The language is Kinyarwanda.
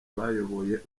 bayoboye